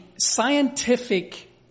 scientific